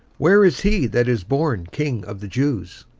where is he that is born king of the jews?